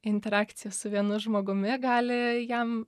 interakcija su vienu žmogumi gali jam